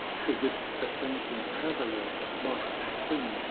to which the fainting traveler might spring,